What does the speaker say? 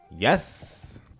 Yes